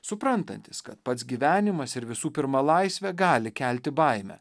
suprantantis kad pats gyvenimas ir visų pirma laisvė gali kelti baimę